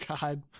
God